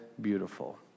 beautiful